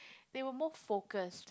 they were more focused